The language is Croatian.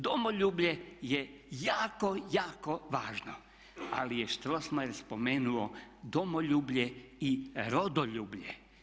Domoljublje je jako, jako važno ali je Strossmayer spomenuo domoljublje i rodoljublje.